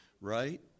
right